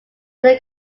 though